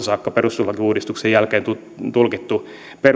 saakka perustuslakiuudistuksen jälkeen tulkinneet